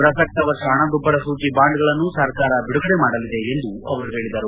ಪ್ರಸಕ್ತ ವರ್ಷ ಪಣದುಬ್ಲರ ಸೂಚಿ ಬಾಂಡ್ಗಳನ್ನು ಸರ್ಕಾರ ಬಿಡುಗಡೆ ಮಾಡಲಿದೆ ಎಂದು ಅವರು ಹೇಳಿದರು